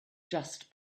just